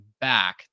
back